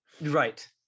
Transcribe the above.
right